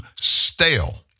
stale